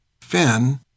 Finn